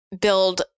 build